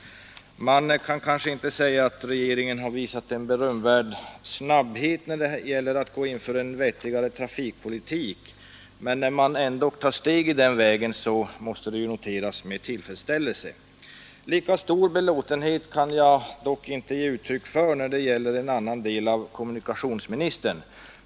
Man kan kanske inte säga att regeringen har visat berömvärd snabbhet när det gäller att gå in för en vettigare trafikpolitik, men när regeringen ändå tar ett steg i den vägen, måste det noteras med tillfredsställelse. Lika stor belåtenhet kan jag dock inte ge uttryck för när det gäller en annan del av kommunikationspolitiken.